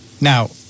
Now